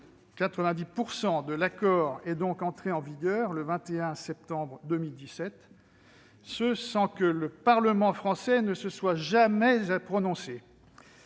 de l'accord sont entrées en vigueur le 21 septembre 2017, sans que le Parlement français se soit jamais prononcé.